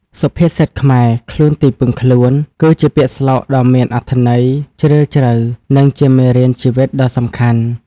សុភាសិតខ្មែរ «ខ្លួនទីពឹងខ្លួន» គឺជាពាក្យស្លោកដ៏មានអត្ថន័យជ្រាលជ្រៅ និងជាមេរៀនជីវិតដ៏សំខាន់។